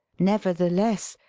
nevertheless,